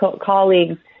colleagues